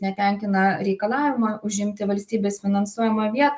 netenkina reikalavimo užimti valstybės finansuojamą vietą